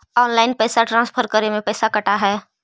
Online पैसा transfer करे में पैसा कटा है?